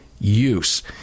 use